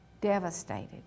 devastated